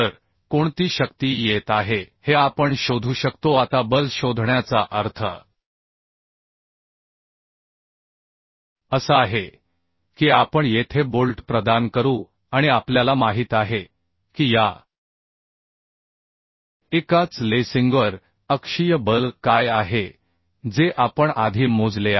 तर कोणती शक्ती येत आहे हे आपण शोधू शकतो आता बल शोधण्याचा अर्थ असा आहे की आपण येथे बोल्ट प्रदान करू आणि आपल्याला माहित आहे की या एकाच लेसिंगवर अक्षीय बल काय आहे जे आपण आधी मोजले आहे